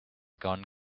gone